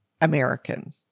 American